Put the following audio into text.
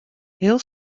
heel